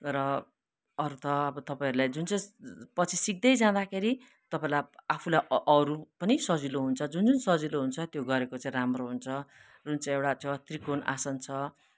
र अरू त अब तपाईँहरूलाई जुन चाहिँ पछि सिक्दै जाँदाखेरि तपाईँलाई आफूलाई अरू पनि सजिलो हुन्छ जुन जुन सजिलो हुन्छ त्यो गरेको चाहिँ राम्रो हुन्छ जुन चाहिँ एउटा छ त्रिकोण आसन छ